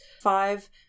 five